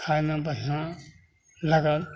खाइमे बढ़िआँ लागल